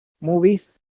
movies